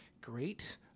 great